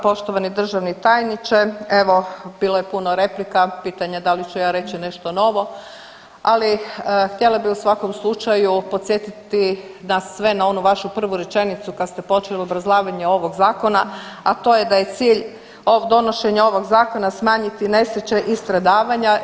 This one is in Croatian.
Poštovani državni tajniče, evo bilo je puno replika, pitanje da li ću ja reći nešto novo, ali htjela bi u svakom slučaju podsjetiti nas sve na onu vašu prvu rečenicu kad ste počeli o obrazlaganju ovog zakona, a to je da je cilj ovog donošenja ovog zakona smanjiti nesreće i stradavanja.